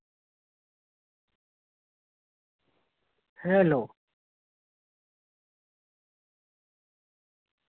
hello